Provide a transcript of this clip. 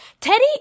Teddy